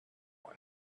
one